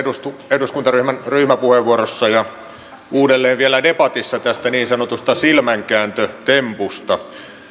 eduskuntaryhmän ryhmäpuheenvuorossa ja uudelleen vielä debatissa tästä niin sanotusta silmänkääntötempusta